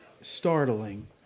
startling